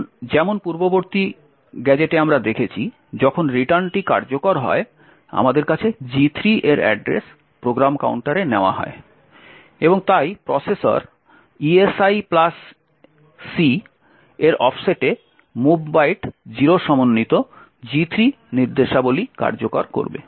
এখন যেমন আমরা পূর্ববর্তী গ্যাজেটে দেখেছি যখন রিটার্ন কার্যকর হয় আমাদের কাছে G3 এর অ্যাড্রেস প্রোগ্রাম কাউন্টারে নেওয়া হয় এবং তাই প্রসেসর esic এর অফসেটে mov বাইট 0 সমন্বিত G3 নির্দেশাবলী কার্যকর করবে